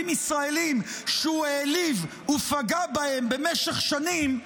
ישראליים שהוא העליב ופגע בהם במשך שנים,